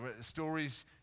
stories